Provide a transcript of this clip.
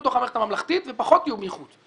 לתוך המערכת הממלכתית ופחות יהיו מחוץ,